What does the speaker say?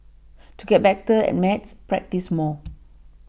to get better at maths practise more